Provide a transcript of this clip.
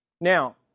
Now